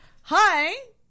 Hi